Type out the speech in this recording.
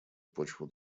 почву